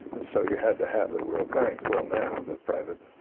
and so you had to have the world bank. well, now the private